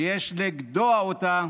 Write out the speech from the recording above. שיש לגדוע אותה